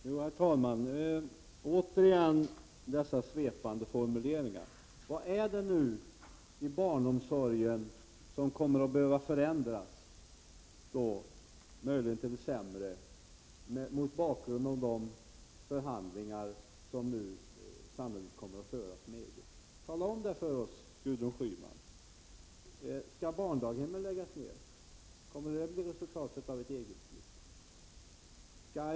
Herr talman? Återigen dessa svepande formuleringar! Vad är det nu i barnomsorgen som kommer att behöva förändras, möjligen till det sämre, mot bakgrund av de förhandlingar som nu sannolikt kommer att föras med EG? Tala om det för oss, Gudrun Schyman! Skall barndaghem läggas ned? Kommer det att bli resultatet av ett EG-beslut?